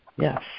Yes